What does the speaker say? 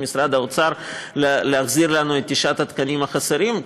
משרד האוצר להחזיר לנו את תשעת התקנים החסרים.